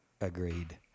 agreed